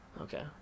Okay